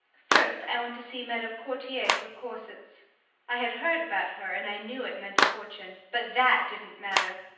first i went to see madam courtier for corsets. i had heard about her, and i knew it meant a fortune. but that didn't matter!